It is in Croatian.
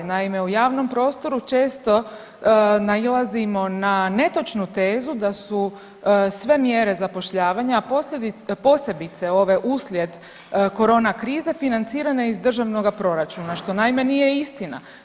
Naime, u javnom prostoru često nailazimo na netočnu tezu da su sve mjere zapošljavanja, a posebice ove uslijed korona krize financirane iz državnoga proračuna, što naime nije istina.